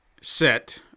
set